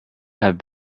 have